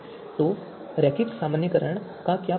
तो रैखिक सामान्यीकरण का क्या फायदा है